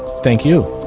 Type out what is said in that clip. thank you.